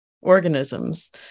organisms